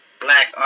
black